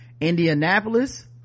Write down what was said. Indianapolis